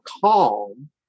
calm